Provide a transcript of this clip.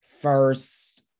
first